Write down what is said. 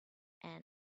and